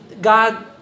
God